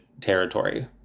territory